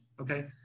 Okay